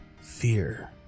Fear